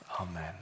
amen